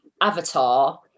avatar